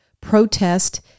protest